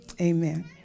amen